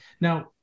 now